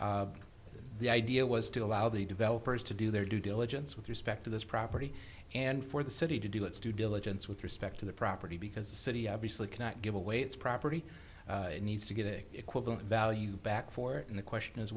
lot the idea was to allow the developers to do their due diligence with respect to this property and for the city to do its due diligence with respect to the property because the city obviously cannot give away its property needs to get a equivalent value back for it and the question is